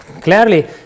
clearly